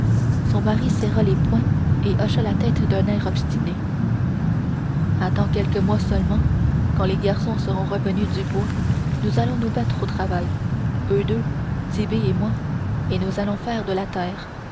son mari serra les poings et hocha la tête d'un air obstiné attends quelques mois seulement quand les garçons seront revenus du bois nous allons nous mettre au travail eux deux tit'bé et moi et nous allons faire de la terre